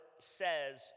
says